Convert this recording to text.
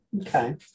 Okay